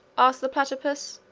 asked the platypus,